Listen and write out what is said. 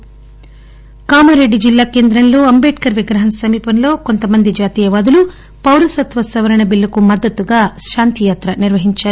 కామారెడ్డి కామారెడ్డి జిల్లా కేంద్రంలో అంబేద్కర్ విగ్రహం సమీపంలో కొంతమంది జాతీయ వాదులు పౌరసత్వ సవరణ బిల్లుకు మద్దతుగా శాంతియాత్ర నిర్వహించారు